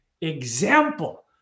example